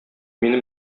минем